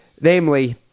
namely